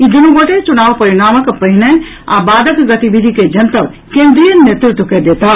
ई दुनू गोटे चुनाव परिणामक पहिने आ बादक गतिविधि के जनतब केन्द्रीय नेतृत्व के देताह